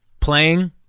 Playing